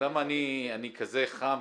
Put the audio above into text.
ולמה אני כזה חם?